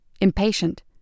impatient